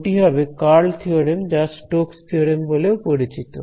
ওটি হবে curl theorem যা স্টোকস থিওরেম Stoke's theorem বলেও পরিচিত